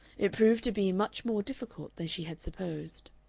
it proved to be much more difficult than she had supposed.